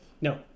No